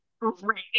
great